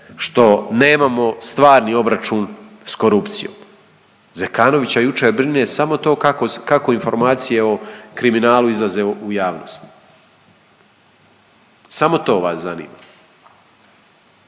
što nemamo stvarni obračun sa korupcijom. Zekanovića jučer brine samo to kako informacije o kriminalu izlaze u javnost, samo to vas zanima.